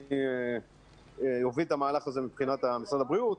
אני אוביל את המהלך הזה מבחינת משרד הבריאות,